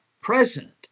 present